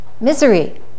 misery